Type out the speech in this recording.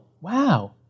wow